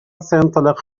سينطلق